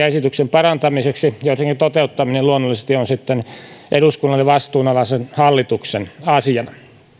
esityksen parantamiseksi joittenka toteuttaminen luonnollisesti on sitten eduskunnalle vastuunalaisen hallituksen asiana